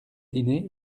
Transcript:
dîner